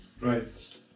Right